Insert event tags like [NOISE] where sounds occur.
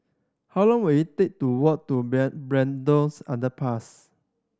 how long will it take to walk to [UNINTELLIGIBLE] Braddells Underpass